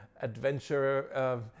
adventure